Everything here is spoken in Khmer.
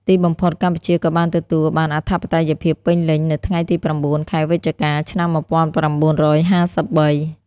ទីបំផុត កម្ពុជាក៏បានទទួលបានអធិបតេយ្យភាពពេញលេញនៅថ្ងៃទី៩ ខែវិច្ឆិកា ឆ្នាំ១៩៥៣។